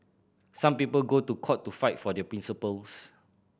some people go to court to fight for their principles